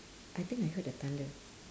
I think I heard a thunder